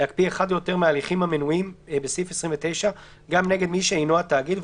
להקפיא אחד או יותר מההליכים המנויים בסעיף 29 גם נגד מי שאינו התאגיד,